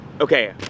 Okay